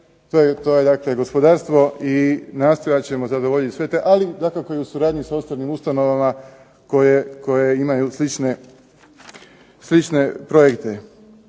dakle gospodarstvo i nastojat ćemo zadovoljiti sve te. Ali dakako u suradnji sa ostalim ustanovama koje imaju slične projekte.